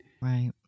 Right